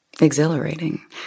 exhilarating